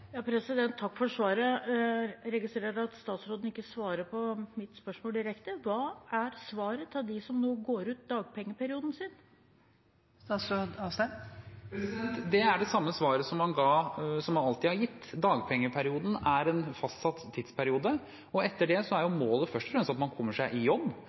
Takk for svaret. Jeg registrerer at statsråden ikke svarer på mitt spørsmål direkte. Hva er svaret til dem som nå går ut dagpengeperioden sin? Det er det samme svaret som man alltid har gitt: Dagpengeperioden er en fastsatt tidsperiode. Etter det er målet først og fremst at man kommer seg i jobb.